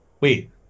wait